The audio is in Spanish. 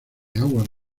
aguas